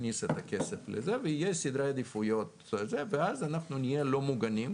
נכניס את הכסף לזה ויהיה סדרי עדיפויות ואז אנחנו נהיה לא מוגנים,